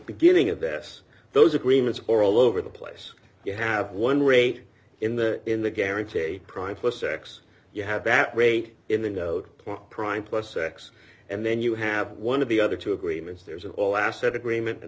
beginning of this those agreements or all over the place you have one rate in the in the guaranteed a prime plus x you have that rate in the node prime plus x and then you have one of the other two agreements there's an all asset agreement and